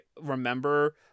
remember